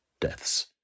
deaths